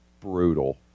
Brutal